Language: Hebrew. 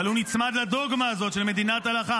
אבל הוא נצמד לדוגמה הזאת של מדינת הלכה.